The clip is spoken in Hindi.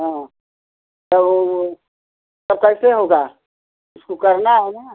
हाँ त कैसे होगा उसको करना है न